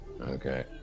Okay